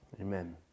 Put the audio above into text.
Amen